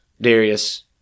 Darius